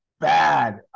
bad